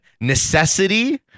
necessity